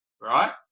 right